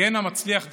היה נא מצליח דרכי,